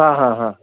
हां हां हां